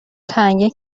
تنگه